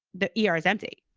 the e r. is empty